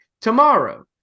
tomorrow